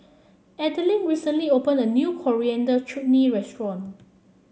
Adilene recently opened a new Coriander Chutney Restaurant